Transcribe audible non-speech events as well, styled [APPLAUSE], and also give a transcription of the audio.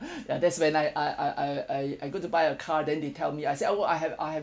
[BREATH] ya that's when I I I I I I go to buy a car then they tell me I say oh I have I have